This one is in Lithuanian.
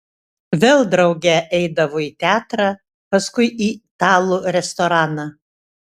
vėl drauge eidavo į teatrą paskui į italų restoraną